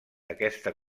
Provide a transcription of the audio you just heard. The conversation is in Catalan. aquesta